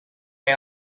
may